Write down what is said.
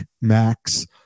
max